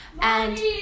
And-